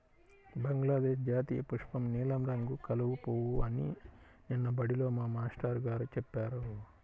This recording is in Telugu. బంగ్లాదేశ్ జాతీయపుష్పం నీలం రంగు కలువ పువ్వు అని నిన్న బడిలో మా మేష్టారు గారు చెప్పారు